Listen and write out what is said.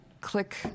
click